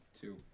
Two